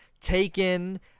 Taken